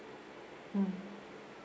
mm